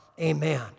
Amen